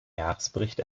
jahresbericht